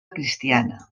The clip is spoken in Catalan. cristiana